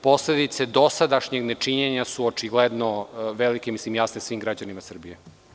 Posledice dosadašnjeg nečinjenja su očigledno velike i jasne svim građanima Srbije.